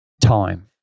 time